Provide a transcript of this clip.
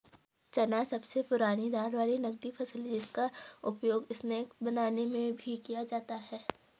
चना सबसे पुरानी दाल वाली नगदी फसल है जिसका उपयोग स्नैक्स बनाने में भी किया जाता है